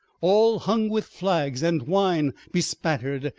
all hung with flags and wine bespattered,